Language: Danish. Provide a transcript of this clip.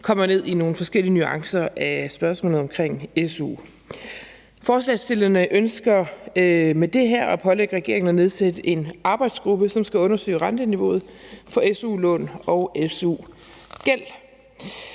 kommer ned i nogle forskellige nuancer af spørgsmålet omkring su. Forslagsstillerne ønsker med det her at pålægge regeringen at nedsætte en arbejdsgruppe, som skal undersøge renteniveauet for su-lån og su-gæld.